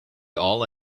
all